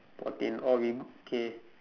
fourteen okay k